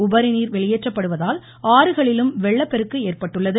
உபரிநீர் வெளியேற்றப்படுவதால் ஆறுகளிலும் வெள்ளப்பெருக்கு ஏற்பட்டுள்ளது